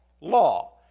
law